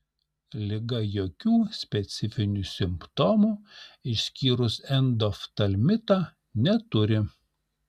liga jokių specifinių simptomų išskyrus endoftalmitą neturi